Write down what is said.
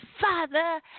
Father